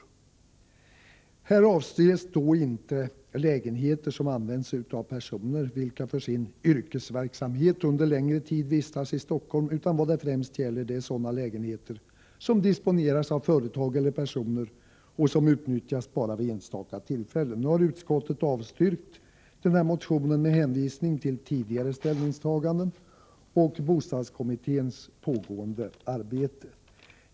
Här avses då inte lägenheter som används av personer vilka för sin yrkesverksamhet under längre tid vistas i Stockholm. Vad det främst gäller är sådana lägenheter som disponeras av företag eller personer och som utnyttjas bara vid enstaka tillfällen. Utskottet avstyrker motionen med hänvisning till tidigare ställningstaganden och bostadskommitténs pågående arbete.